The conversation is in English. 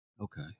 Okay